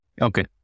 Okay